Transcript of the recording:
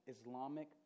Islamic